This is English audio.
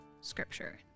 scripture